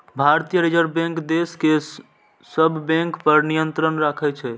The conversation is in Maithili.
भारतीय रिजर्व बैंक देश के सब बैंक पर नियंत्रण राखै छै